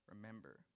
remember